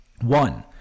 One